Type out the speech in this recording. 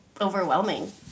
overwhelming